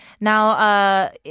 Now